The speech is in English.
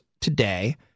today